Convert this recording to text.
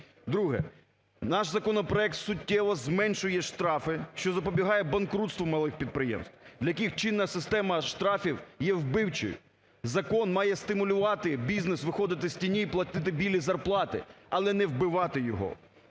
Друге. Наш законопроект суттєво зменшує штрафи, що запобігає банкрутству малих підприємств, для яких чинна система штрафів є вбивчою. Закон має стимулювати бізнес виходити з тіні і платити "білі" зарплати, але не вбивати його!